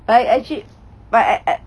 I actually I I